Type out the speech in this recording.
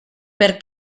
per